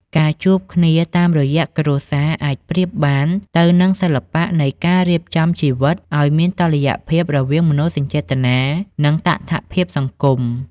ការជួបគ្នាតាមរយៈគ្រួសារអាចប្រៀបបានទៅនឹងសិល្បៈនៃការរៀបចំជីវិត ឱ្យមានតុល្យភាពរវាងមនោសញ្ចេតនា និងតថភាពសង្គម។